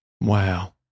Wow